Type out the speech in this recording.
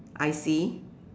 I C